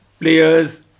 players